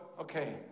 okay